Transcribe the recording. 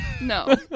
No